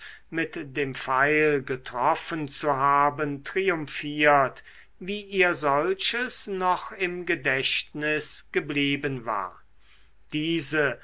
mit dem pfeil getroffen zu haben triumphiert wie ihr solches noch im gedächtnis geblieben war diese